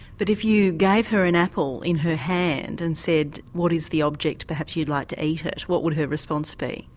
but if you gave her an apple in her hand and said, what is the object, perhaps you'd like to eat it. what would her response be?